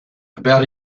about